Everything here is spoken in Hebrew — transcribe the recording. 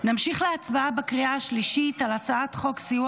נמשיך להצבעה בקריאה השלישית על הצעת חוק סיוע